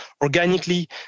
organically